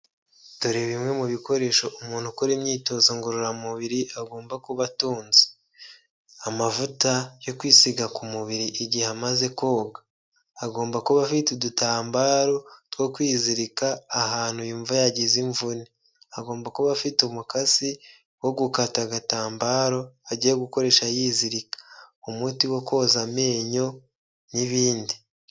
Dore bimwe mu bikoresho umuntu ukora imyitozo ngororamubiri agomba kuba atunze, amavuta yo kwisiga ku mubiri igihe amaze koga agomba kuba afite udutambaro two kwizirika ahantu yumva ya yagize imvune agomba kuba afite umukasi wo gukata agatambaro agiye gukoresha yizirika umuti wo koza amenyo n'ibindi.